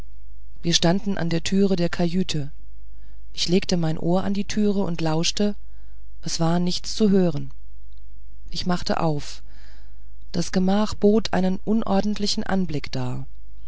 wir standen an der türe der kajüte ich legte mein ohr an die türe und lauschte es war nichts zu hören ich machte auf das gemach bot einen unordentlichen anblick dar